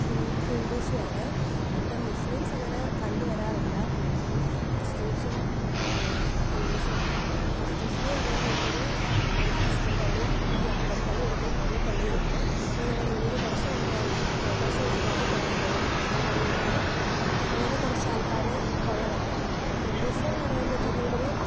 ഹിന്ദു ഹിന്ദൂസും ആണ് ഇവിടെ മുസ്ലിംസ് അങ്ങനെ കണ്ടുവരാറില്ല കൂടുതലും ക്രിസ്ത്യൻസും ഹിന്ദൂസും ആണ് ക്രിസ്ത്യൻസ് എന്നു പറയുമ്പോൾ ഇവിടെ ഒരു ഒരു ക്രിസ്ത്യൻ പള്ളിയും ഒരു യാക്കോബ് പള്ളിയും ഒരു കേനനപ്പള്ളിയും ഉണ്ട് പിന്നെ ഞങ്ങളുടെ ഏരിയ കുറച്ചങ്ങോട്ടു മാറിയപ്പം കുറച്ച് അങ്ങോട്ട് മാറിക്കഴിയുമ്പോൾ വേറൊരു ക്രിസ്ത്യൻ പള്ളിയുണ്ട് അങ്ങനെ കുറച്ച് ആൾക്കാർ ഉള്ളതാണ് ഹിന്ദുസ് എന്നു പറയുമ്പോഴേക്കും ഇവിടെ ഒരു